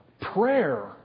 prayer